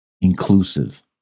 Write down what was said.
inclusive